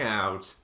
out